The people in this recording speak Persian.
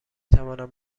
توانم